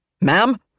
Ma'am